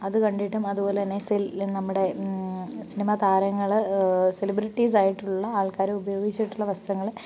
അതുകണ്ടിട്ടും അതുപോലെത്തന്നെ നമ്മുടെ സിനിമാതാരങ്ങൾ സെലിബ്രിറ്റീസായിട്ടുള്ള ആൾക്കാർ ഉപയോഗിച്ചിട്ടുള്ള വസ്ത്രങ്ങൾ